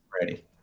Ready